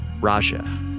Raja